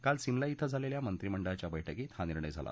काल शिमला िं झालेल्या मंत्रिमंडळाच्या बैठकीत हा निर्णय झाला